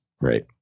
Right